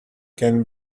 can